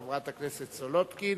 חברת הכנסת סולודקין.